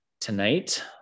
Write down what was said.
tonight